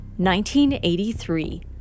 1983